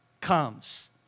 comes